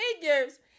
figures